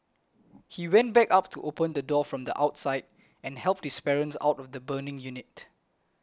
he went back up to open the door from the outside and helped his parents out of the burning unit